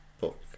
book